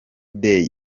day